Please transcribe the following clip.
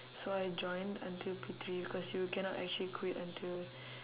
so I joined until P three because you cannot actually quit until